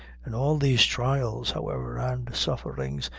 in all these trials, however, and sufferings,